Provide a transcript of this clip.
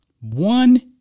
one